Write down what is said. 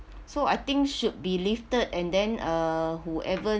so I think should be lifted and then uh whoever